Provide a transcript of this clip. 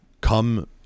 come